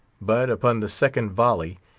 but, upon the second volley,